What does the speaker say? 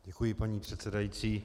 Děkuji, paní předsedající.